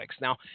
Now